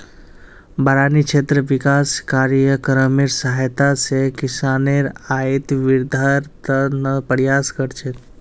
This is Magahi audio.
बारानी क्षेत्र विकास कार्यक्रमेर सहायता स किसानेर आइत वृद्धिर त न प्रयास कर छेक